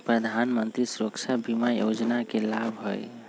प्रधानमंत्री सुरक्षा बीमा योजना के की लाभ हई?